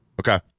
Okay